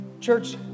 Church